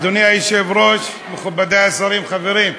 אדוני היושב-ראש, מכובדי השרים, חברים,